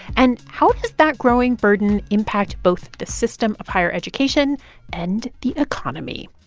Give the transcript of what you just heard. and how does that growing burden impact both the system of higher education and the economy?